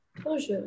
Bonjour